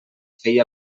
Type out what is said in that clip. feia